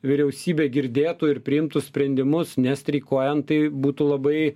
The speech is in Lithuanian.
vyriausybė girdėtų ir priimtus sprendimus nestreikuojant tai būtų labai